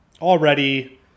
Already